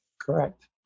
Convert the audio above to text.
correct